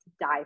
die